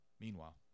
Meanwhile